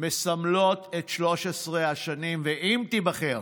מסמלות את 13 השנים אם תיבחר